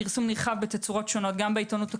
פרסום נרחב בתצורות שונות גם בעיתונות הכתובה,